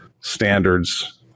standards